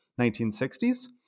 1960s